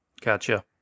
Gotcha